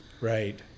right